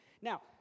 Now